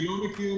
אני לא מכיר